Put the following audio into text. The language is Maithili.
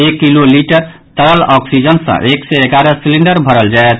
एक किलो लीटर तरल ऑक्सीजन सँ एक सय एगारह सिलिंडर भरल जायत